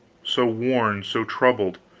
so worn, so troubled.